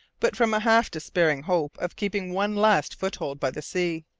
but from a half-despairing hope of keeping one last foothold by the sea.